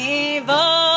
evil